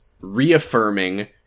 reaffirming